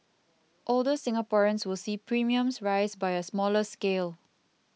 older Singaporeans will see premiums rise by a smaller scale